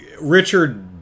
Richard